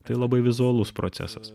tai labai vizualus procesas